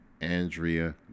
Andrea